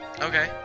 Okay